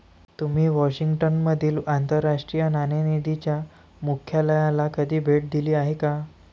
तुम्ही वॉशिंग्टन मधील आंतरराष्ट्रीय नाणेनिधीच्या मुख्यालयाला कधी भेट दिली आहे का?